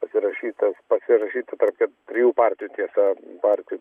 pasirašytas pasirašyta tarp ket trijų partijų tiesa partijų